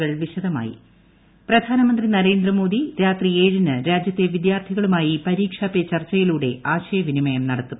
പരീക്ഷാ പേ പ്രധാനമന്ത്രി നരേന്ദ്രമോദി രാത്രി ഏഴിന് രാജ്യത്തെ വിദ്യാർത്ഥികളുമായി പരീക്ഷാ പേ ചർച്ചയിലൂടെ ആശയവിനിമയം നടത്തും